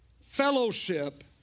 fellowship